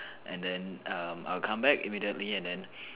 and then um I will come back immediately and then